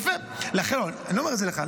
--- אני אומר את זה לך.